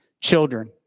Children